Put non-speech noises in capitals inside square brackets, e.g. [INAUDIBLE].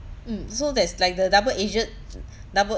mm so that's like the double-edged [NOISE] double